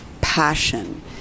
passion